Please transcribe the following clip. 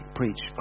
preach